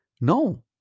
No